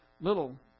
little